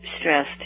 stressed